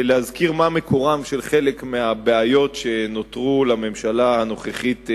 מה מקורן של חלק מהבעיות שנותרו לטיפולה של הממשלה הנוכחית.